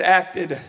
acted